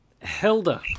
Hilda